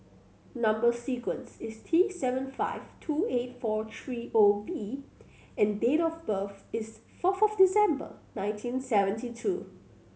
number sequence is T seven five two eight four three O V and date of birth is fourth of December nineteen seventy two